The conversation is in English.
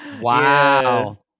Wow